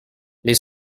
les